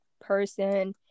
person